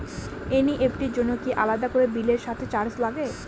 NEFT র জন্য কি আলাদা করে বিলের সাথে চার্জ লাগে?